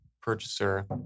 purchaser